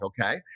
okay